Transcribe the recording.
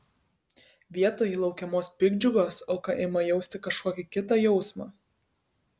vietoj laukiamos piktdžiugos auka ima jausti kažkokį kitą jausmą